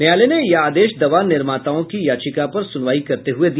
न्यायालय ने यह आदेश दवा निर्माताओं की याचिका पर सुनवाई करते हुए दिया